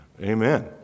Amen